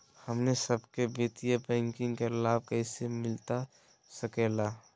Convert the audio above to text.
हमनी सबके वित्तीय बैंकिंग के लाभ कैसे मिलता सके ला?